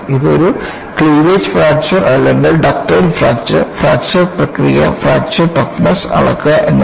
ഇത് ഒരു cleavage fracture അല്ലെങ്കിൽ ഡക്റ്റൈൽ ഫ്രാക്ചർ ഫ്രാക്ചർ പ്രക്രിയ ഫ്രാക്ചർ ടഫ്നെസ് അളക്കുക എന്നിവ